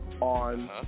on